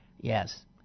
yes